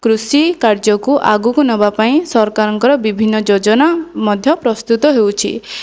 କୃଷି କାର୍ଯ୍ୟକୁ ଆଗକୁ ନେବା ପାଇଁ ସରକାରଙ୍କର ବିଭିନ୍ନ ଯୋଜନା ମଧ୍ୟ ପ୍ରସ୍ତୁତ ହେଉଛି